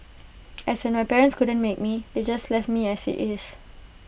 as when my parents couldn't make me they just left me as IT is